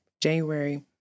january